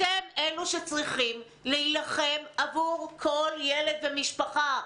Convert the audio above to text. אתם אלה שצריכים להילחם עבור כל ילד ומשפחה.